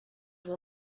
will